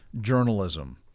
journalism